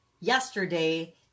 yesterday